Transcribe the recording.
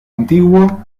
antiguo